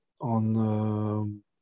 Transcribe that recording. on